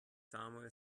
samuel